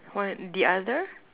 one the other